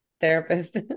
therapist